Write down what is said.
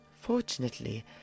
Fortunately